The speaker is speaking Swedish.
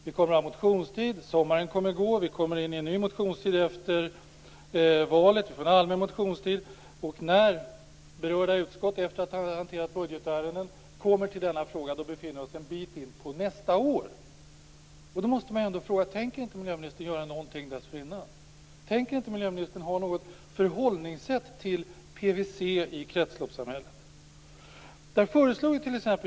Vi kommer att ha en motionstid, sommaren kommer att gå, vi kommer in i en ny allmän motionstid efter valet, när berörda utskott efter att ha hanterat budgetärenden kommer till denna fråga befinner vi oss en bit in på nästa år. Tänker inte miljöministern göra något dessförinnan? Tänker inte miljöministern ha något förhållningssätt till PVC i kretsloppssamhället?